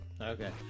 Okay